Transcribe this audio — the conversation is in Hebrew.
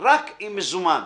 רק עם מזומן,